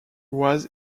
was